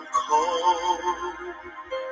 cold